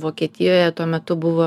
vokietijoje tuo metu buvo